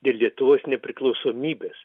ir lietuvos nepriklausomybės